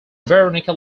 veronica